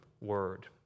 word